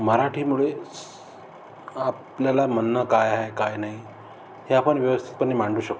मराठीमुळेच आपल्याला म्हणणं काय आहे काय नाही हे आपण व्यवस्थितपणे मांडू शकतो